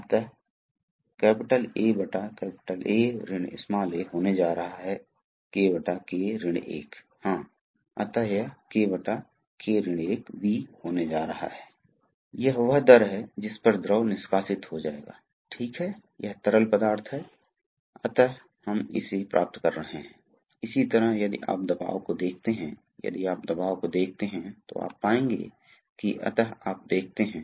वह क्या है जिसे स्टेम कहा जाता है इसलिए अब जब तरल पदार्थ यहां आ रहा है तो तरल पदार्थ धक्का दे रहा है और यह नीचे आ जाएगा अगर एक निश्चित मात्रा में दबाव होता है तो इस स्प्रिंग पर बल एक निश्चित मात्रा में होगा और बल पर काबू पा लिया जाएगा इससे द्रव प्रवाहित होगा यह सामान्य प्रवाह की दिशा है दूसरी ओर यदि यदि दबाव यहां बहुत अधिक हो जाता है तो ऐसा हो सकता है कि बल भी यहां हो